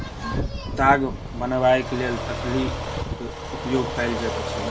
ताग बनयबाक लेल तकलीक उपयोग कयल जाइत अछि